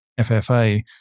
FFA